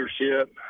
leadership